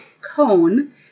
cone